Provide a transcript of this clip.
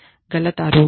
गलत आरोप